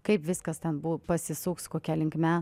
kaip viskas ten buvo pasisuks kokia linkme